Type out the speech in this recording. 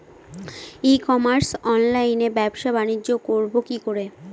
ই commerce অনলাইনে ব্যবসা বানিজ্য করব কি করে?